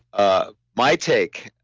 ah my take,